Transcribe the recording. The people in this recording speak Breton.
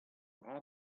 dra